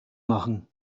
machen